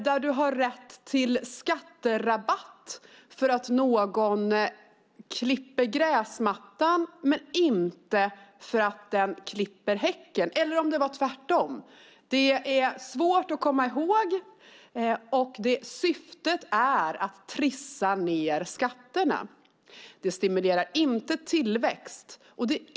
Man har rätt till skatterabatt för att någon klipper gräsmattan men inte för att den personen klipper häcken - eller om det nu är tvärtom; det är svårt att komma ihåg hur det är. Syftet är att pressa ned skatterna. Det stimulerar inte till tillväxt.